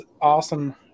awesome